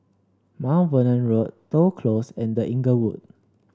Mount Vernon Road Toh Close and The Inglewood